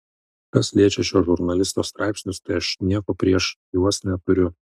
kas liečia šio žurnalisto straipsnius tai aš nieko prieš juos neturiu